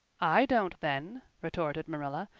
i don't then, retorted marilla.